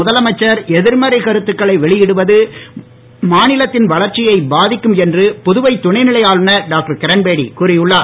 முதலமைச்சர் எதிர்மறைக் கருத்துக்களை வெளியிடுவது மாநிலத்தின் வளர்ச்சியை பாதிக்கும் என்று புதுவை துணை நிலை ஆளுநர் டாக்டர் கிரண்பேடி கூறி உள்ளார்